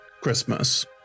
Christmas